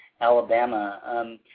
Alabama